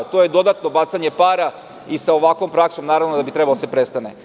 To je dodatno bacanje para i sa ovakvom praksom, naravno, da bi trebalo da se prestane.